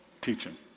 teaching